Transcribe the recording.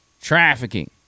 trafficking